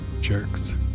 jerks